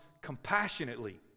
compassionately